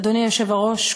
אדוני היושב-ראש,